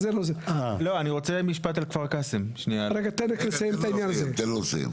תן רק לסיים את העניין הזה.